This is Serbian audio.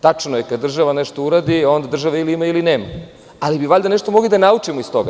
Tačno je da kada država nešto uradi, onda države ili ima ili nema, ali bi valjda nešto mogli da naučimo iz toga.